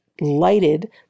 lighted